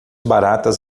baratas